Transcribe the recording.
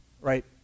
right